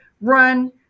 run